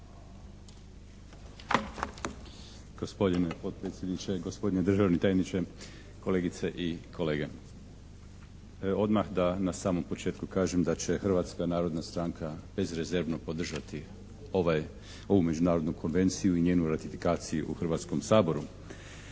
Gospodine potpredsjedniče, gospodine državni tajniče, kolegice i kolege. Odmah da na samom početku kažem da će Hrvatska narodna stranka bezrezervno podržati ovu Međunarodnu konvenciju i njenu ratifikaciju u Hrvatskom saboru.